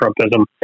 Trumpism